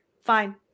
Fine